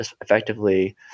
effectively